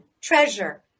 treasure